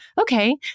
okay